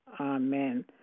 Amen